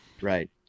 Right